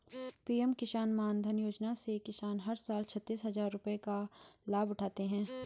PM Kisan Maandhan Yojana से किसान हर साल छतीस हजार रुपये का लाभ उठाते है